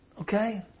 Okay